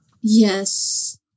Yes